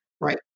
right